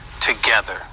together